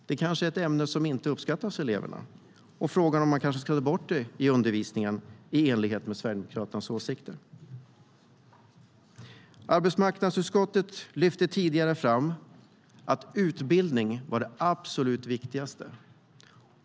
Det kanske är ett ämne som inte uppskattas av eleverna. Frågan är om man kanske ska ta bort modersmålsundervisningen, i enlighet med Sverigedemokraternas åsikter. Arbetsmarknadsutskottet lyfte tidigare fram att utbildning är det absolut viktigaste.